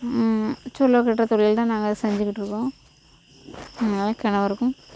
சூளை கட்டுற தொழில் தான் நாங்கள் செஞ்சுக்கிட்டுருக்கோம் என் கணவருக்கும்